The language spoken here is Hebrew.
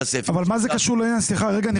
אני שמח שאתה מכניס עוד סעיף מחר לדרישות שלכם.